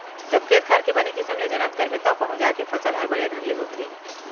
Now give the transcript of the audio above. जब खेत खार के बने किसम ले जनत करबे तव कहूं जाके फसल हर बने ढंग ले होथे